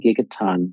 gigaton